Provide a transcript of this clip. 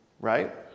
Right